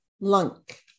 Lunk